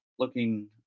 Looking